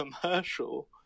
commercial